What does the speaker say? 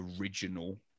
original